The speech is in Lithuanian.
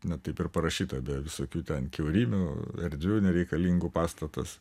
na taip ir parašyta be visokių ten kiaurymių erdvių nereikalingų pastatas